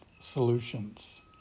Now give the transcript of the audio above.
solutions